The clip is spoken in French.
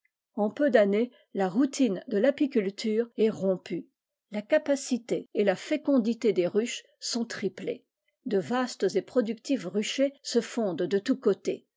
en peu d'années la routine de l'apiculture est rompue la capacué et la fécondité des ruches sont triplées de vastes et productifs ruchers se fondent de tous côtés